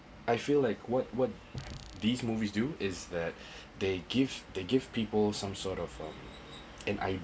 I feel like what what these movies do is that they give they give people some sort um an